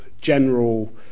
general